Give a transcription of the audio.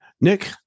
Nick